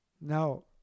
Now